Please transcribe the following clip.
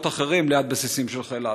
אחרים ליד בסיסים של חיל האוויר.